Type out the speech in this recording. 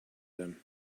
them